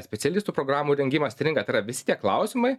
specialistų programų rengimas stringa tai yra vis tie klausimai